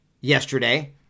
yesterday